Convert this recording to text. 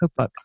cookbooks